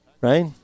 right